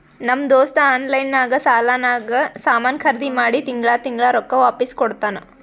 ನಮ್ ದೋಸ್ತ ಆನ್ಲೈನ್ ನಾಗ್ ಸಾಲಾನಾಗ್ ಸಾಮಾನ್ ಖರ್ದಿ ಮಾಡಿ ತಿಂಗಳಾ ತಿಂಗಳಾ ರೊಕ್ಕಾ ವಾಪಿಸ್ ಕೊಡ್ತಾನ್